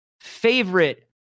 favorite